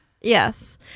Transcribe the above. Yes